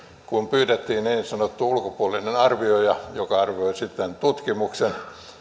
sitten pyydettiin niin sanottu ulkopuolinen arvioija joka arvioi tutkimuksen